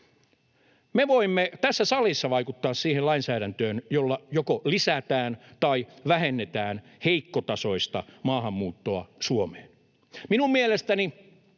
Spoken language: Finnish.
Me voimme tässä salissa vaikuttaa siihen lainsäädäntöön, jolla joko lisätään tai vähennetään heikkotasoista maahanmuuttoa Suomeen. Minun mielestäni